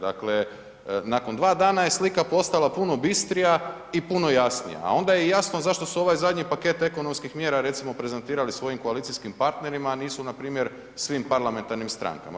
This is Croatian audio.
Dakle, nakon 2 dana je slika postala puno bistrija i puno jasnija, a onda je jasno zašto su ovaj zadnji paket ekonomskih mjera, recimo prezentirali svojim koalicijskim partnerima, a nisu npr. svim parlamentarnim strankama.